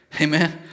Amen